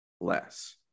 less